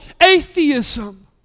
atheism